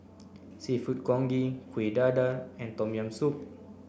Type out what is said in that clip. Seafood Congee Kuih Dadar and Tom Yam Soup